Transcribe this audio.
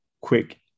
quick